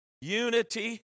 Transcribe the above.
Unity